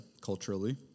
culturally